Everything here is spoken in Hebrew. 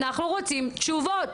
אנחנו רוצים תשובות.